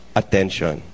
attention